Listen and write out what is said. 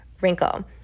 wrinkle